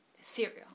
Cereal